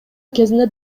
кезинде